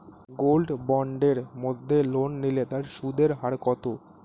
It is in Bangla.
গোল্ড বন্ডের মাধ্যমে লোন নিলে তার সুদের হার কত?